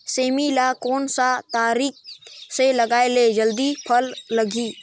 सेमी ला कोन सा तरीका से लगाय ले जल्दी फल लगही?